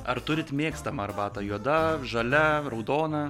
ar turit mėgstamą arbatą juoda žalia raudona